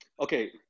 okay